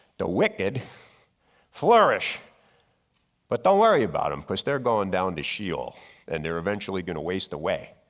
the wicked flourish but don't worry about them because they're going down to she'ol and they're eventually gonna waste away.